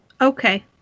Okay